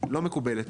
לא מקובלת.